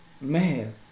man